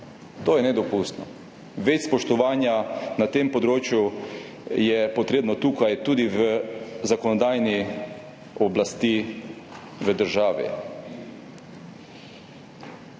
To je nedopustno. Več spoštovanja na tem področju je potrebno tukaj tudi v zakonodajni oblasti v državi.